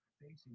Facing